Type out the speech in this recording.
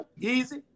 easy